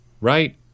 right